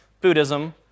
Buddhism